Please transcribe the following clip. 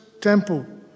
temple